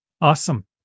Awesome